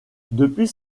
depuis